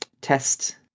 test